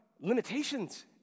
limitations